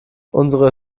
unsere